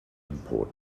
import